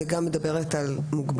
היא גם מדברת על מוגבלויות.